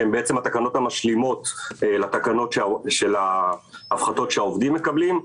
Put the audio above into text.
שהן בעצם התקנות המשלימות לתקנות של ההפחתות שהעובדים מקבלים.